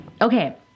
Okay